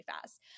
fast